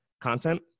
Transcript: content